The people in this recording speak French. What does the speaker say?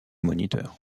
moniteurs